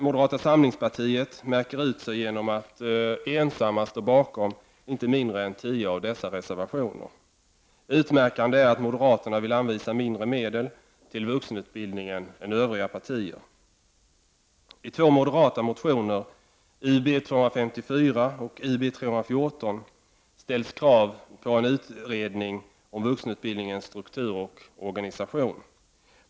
Moderata samlingspartiet märker dock ut sig genom att ensamt stå bakom inte mindre än tio av dessa reservationer. Utmärkande är att moderaterna vill anvisa mindre medel till vuxenutbildningen än övriga partier. I två moderata motioner, Ub254 och Ub314, ställs krav på en utredning om vuxenutbildningens struktur och organisation.